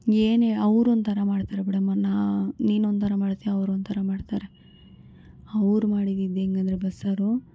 ಏನಿಲ್ಲ ಅವ್ರೊಂಥರ ಮಾಡ್ತಾರೆ ಬಿಡಮ್ಮ ನಾ ನೀನೊಂಥರ ಮಾಡ್ತೀಯ ಅವ್ರೊಂಥರ ಮಾಡ್ತಾರೆ ಅವರು ಮಾಡಿದ್ದಿದ್ದು ಹೆಂಗೆಂದ್ರೆ ಬಸ್ಸಾರು